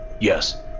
Yes